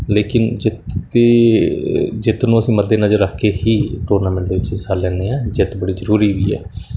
ਲੇਕਿਨ ਜਿੱਤ ਦੀ ਜਿੱਤ ਨੂੰ ਅਸੀਂ ਮੱਦੇ ਨਜ਼ਰ ਰੱਖ ਕੇ ਹੀ ਟੂਰਨਾਮੈਂਟ ਦੇ ਵਿੱਚ ਹਿੱਸਾ ਲੈਂਦੇ ਹਾਂ ਜਿੱਤ ਬੜੀ ਜ਼ਰੂਰੀ ਵੀ ਹੈ